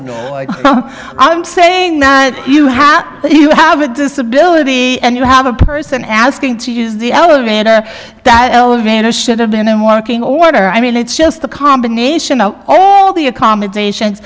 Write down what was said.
where i'm saying that you have to do you have a disability and you have a person asking to use the elevator that elevator should have been working order i mean it's just the combination of all the accommodations